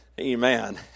Amen